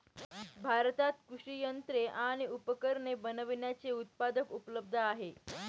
भारतात कृषि यंत्रे आणि उपकरणे बनविण्याचे उत्पादक उपलब्ध आहे